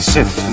Sith